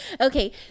Okay